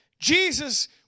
Jesus